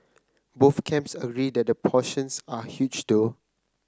both camps agree that the portions are huge though